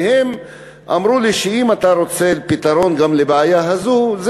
והם אמרו לי שאם אתה רוצה פתרון גם לבעיה הזאת,